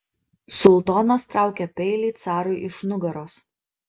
sultonas traukia peilį carui iš nugaros